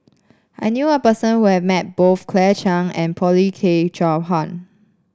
I knew a person who has met both Claire Chiang and Paulin Tay Straughan